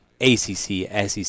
ACC-SEC